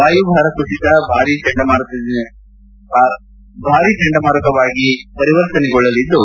ವಾಯುಭಾರ ಕುಸಿತ ಭಾರಿ ಚಂಡಮಾರುತವಾಗಿ ಪರಿವರ್ತನೆಗೊಳ್ಳಲಿದ್ದು